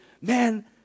Man